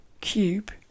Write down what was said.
cube